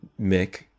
Mick